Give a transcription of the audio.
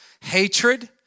hatred